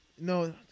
No